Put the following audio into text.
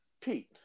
Pete